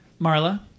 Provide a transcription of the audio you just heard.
marla